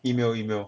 email email